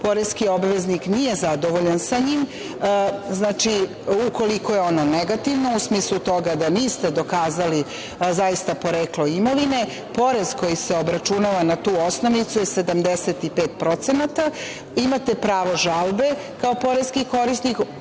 poreski obaveznik nije zadovoljan sa njim, ukoliko je ono negativno u smislu toga da niste dokazali zaista poreklo imovine, Poreskoj se obračunava na tu osnovicu, 75%, imate pravo žalbe kao poreski korisnik.